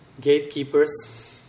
gatekeepers